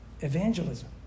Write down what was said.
Evangelism